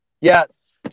Yes